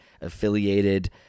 affiliated